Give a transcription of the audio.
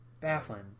baffling